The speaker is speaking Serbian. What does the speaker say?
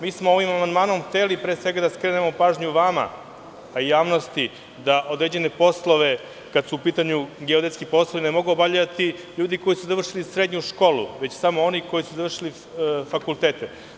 Mi smo ovim amandmanom hteli pre svega da skrenemo pažnju vama i javnosti, da određene poslove, kada su u pitanju geodetski poslovi, ne mogu obavljati ljudi koji su završili srednju školu, već samo oni koji su završili fakultete.